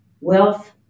Wealth